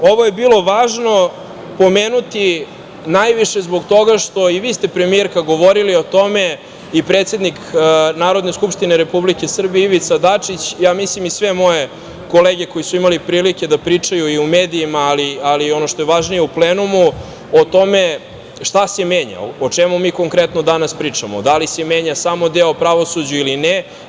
Dakle, ovo je bilo važno pomenuti najviše zbog toga što, i vi ste, premijerka, govorili o teme, i predsednik Narodne skupštine Republike Srbije, Ivica Dačić, ja mislim i sve moje kolege koje su imale priliku da pričaju i u medijima, ali i ono što je važnije, u plenumu, o tome šta se menja, o čemu mi konkretno danas pričamo, da li se menja samo deo o pravosuđu ili ne.